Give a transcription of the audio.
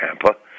Tampa